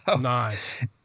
Nice